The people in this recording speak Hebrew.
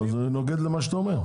נו, אז זה נוגד את מה שאתה אומר.